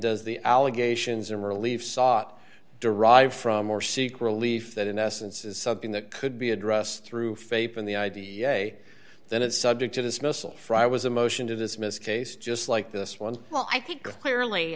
does the allegations in relief sought derive from or seek relief that in essence is something that could be addressed through faith in the idea that it's subject to dismissal for i was a motion to dismiss case just like this one well i think clearly